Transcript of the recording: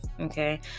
Okay